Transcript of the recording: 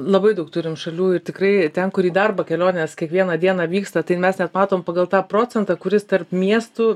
labai daug turim šalių ir tikrai ten kur į darbą kelionės kiekvieną dieną vyksta tai mes net matom pagal tą procentą kuris tarp miestų